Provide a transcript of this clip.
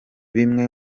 bimwe